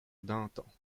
danton